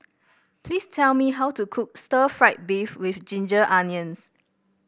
please tell me how to cook Stir Fried Beef with Ginger Onions